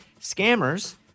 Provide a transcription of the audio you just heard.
Scammers